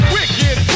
Wicked